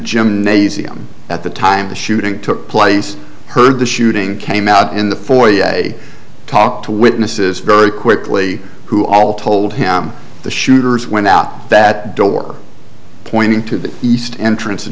gymnasium at the time the shooting took place heard the shooting came out in the foyer they talked to witnesses very quickly who all told him the shooters went out that door pointing to the east entrance